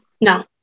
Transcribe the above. No